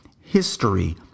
history